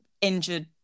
injured